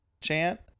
chant